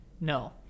no